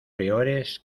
peores